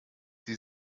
sie